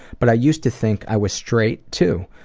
but i used to think i was straight, too.